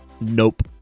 nope